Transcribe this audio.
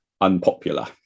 unpopular